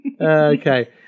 Okay